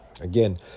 again